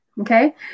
Okay